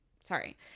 sorry